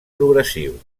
progressiu